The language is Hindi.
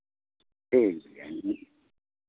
ठीक भैया